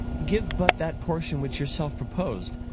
give but that portion which yourself propos'd,